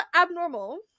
abnormal